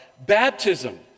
Baptism